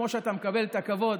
כמו שאתה מקבל את הכבוד,